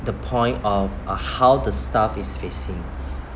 the point of uh how the staff is facing